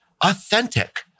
authentic